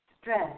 stress